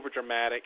overdramatic